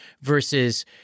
versus